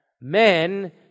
men